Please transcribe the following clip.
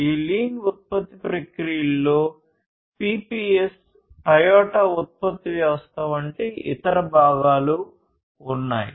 ఈ లీన్ ఉత్పత్తి ప్రక్రియలో పిపిఎస్ టయోటా ఉత్పత్తి వ్యవస్థ వంటి ఇతర భాగాలు ఉన్నాయి